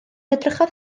edrychodd